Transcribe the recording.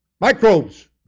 microbes